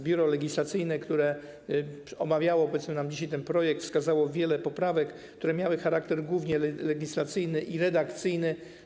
Biuro Legislacyjne, które omawiało nam dzisiaj ten projekt, wskazało wiele poprawek, które miały charakter głównie legislacyjny i redakcyjny.